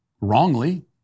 wrongly